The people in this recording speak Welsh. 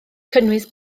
cynnwys